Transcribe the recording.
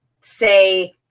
say